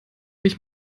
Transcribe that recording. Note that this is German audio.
dich